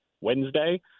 Wednesday